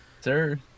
Sir